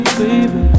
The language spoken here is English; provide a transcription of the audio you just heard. baby